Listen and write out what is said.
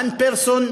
one person,